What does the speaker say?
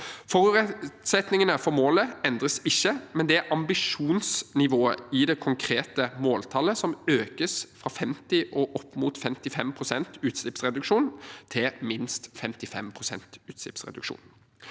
Forutsetningene for målet endres ikke, men det er ambisjonsnivået i det konkrete måltallet som økes fra «50 og opp mot 55 prosent» utslippsreduksjon til «minst 55 prosent» utslippsreduksjon.